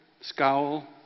scowl